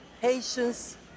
patience